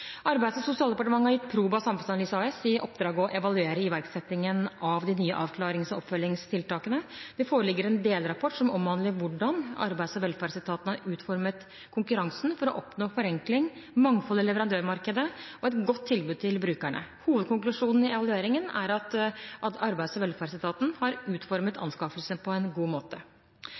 Arbeids- og sosialdepartementet har gitt Proba samfunnsanalyse AS i oppdrag å evaluere iverksettingen av de nye avklarings- og oppfølgingstiltakene. Det foreligger en delrapport som omhandler hvordan Arbeids- og velferdsetaten har utformet konkurransen for å oppnå forenkling, mangfold i leverandørmarkedet og et godt tilbud til brukerne. Hovedkonklusjonen i evalueringen er at Arbeids- og velferdsetaten har utformet anskaffelsene på en god måte.